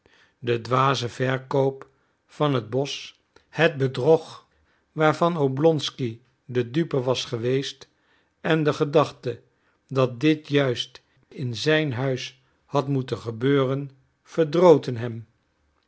de dwaze verkoop van het bosch het bedrog waarvan oblonsky de dupe was geweest en de gedachte dat dit juist in zijn huis had moeten gebeuren verdroten